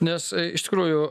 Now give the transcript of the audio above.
nes iš tikrųjų